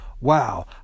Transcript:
Wow